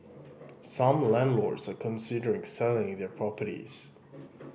some landlords are considering selling their properties